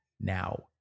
now